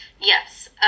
Yes